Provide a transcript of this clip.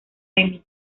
emmy